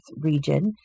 region